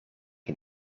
een